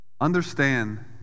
understand